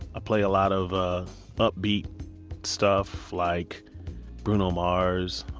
play a lot of ah upbeat stuff like bruno mars,